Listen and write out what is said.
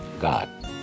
God